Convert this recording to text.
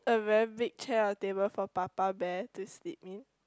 a very big chair or table for papa bear to sleep in